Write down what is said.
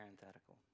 parenthetical